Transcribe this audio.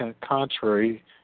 contrary